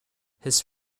his